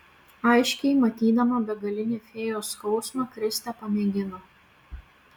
aiškiai matydama begalinį fėjos skausmą kristė pamėgino